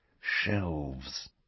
shelves